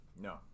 No